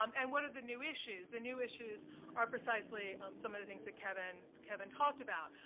um and what are the new issues? the new issues are precisely um some of the things that kevin kevin talked about,